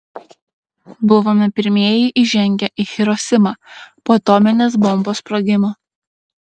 buvome pirmieji įžengę į hirosimą po atominės bombos sprogimo